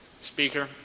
Speaker